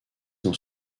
dans